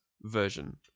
version